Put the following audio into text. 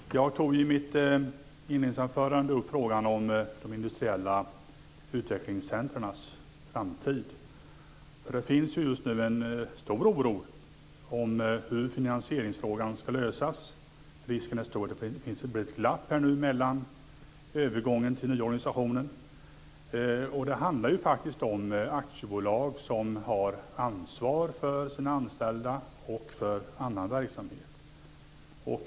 Fru talman! Jag tog i mitt inledningsanförande upp frågan om de industriella utvecklingscentrumens framtid. Det finns just nu en stor oro inför hur finansieringsfrågan ska lösas. Risken är stor att det blir ett glapp vid övergången till den nya organisationen. Det handlar om aktiebolag som har ansvar för sina anställda och för annan verksamhet.